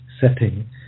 setting